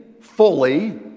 fully